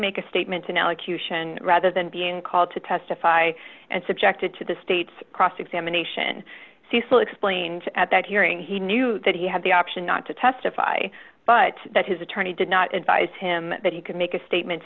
make a statement an allocution rather than being called to testify and subjected to the state's cross examination cecil explained at that hearing he knew that he had the option not to testify but that his attorney did not advise him that he could make a statement